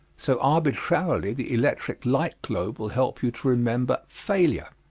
so arbitrarily the electric light globe will help you to remember failure.